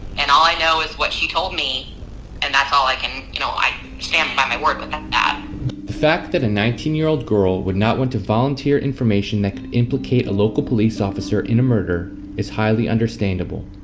and all i know is what she told me and that's all i can, you know i stand by my word but that. the fact that a nineteen year old girl would not want to volunteer information that could implicate a local police officer in a murder is highly understandable.